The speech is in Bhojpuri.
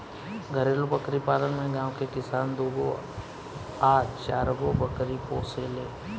घरेलु बकरी पालन में गांव के किसान दूगो आ चारगो बकरी पोसेले